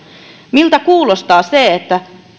miltä kuulostaa se että